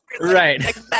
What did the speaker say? Right